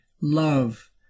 love